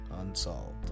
Unsolved